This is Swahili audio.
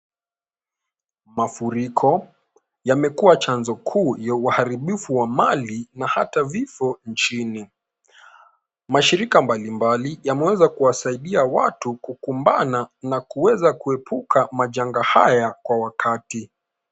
Mafuriko yamekuwa chanzo kuu ya uharibifu wa mali na hata vifo nchini. Mashirika mbali mbali yameweza kuwasaidia watu kukumbana, na kuweza kuepuka majanga haya kwa wakati.